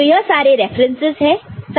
तो यह सारे रेफरेंसेस है